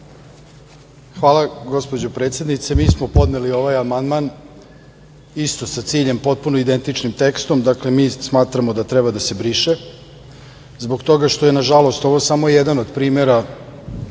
Hvala, gospođo predsednice. Mi smo podneli ovaj amandman isto sa ciljem potpuno identičnim tekstom. Dakle, mi smatramo da treba da se briše zbog toga što je nažalost ovo samo jedan od primera